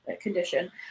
condition